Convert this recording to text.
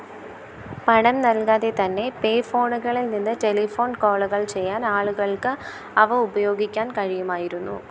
പണം നൽകാതെ തന്നെ പേ ഫോണുകളിൽ നിന്ന് ടെലിഫോൺ കോളുകൾ ചെയ്യാൻ ആളുകൾക്ക് അവ ഉപയോഗിക്കാൻ കഴിയുമായിരുന്നു